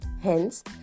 Hence